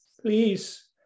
please